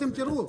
אתם תראו.